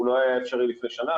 הוא לא היה אפשרי לפני שנה.